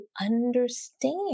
understand